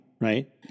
right